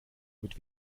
mit